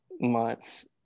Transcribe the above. months